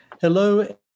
hello